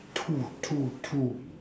two two two